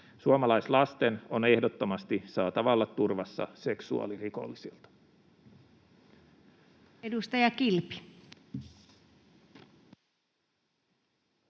Suomalaislasten on ehdottomasti saatava olla turvassa seksuaalirikollisilta.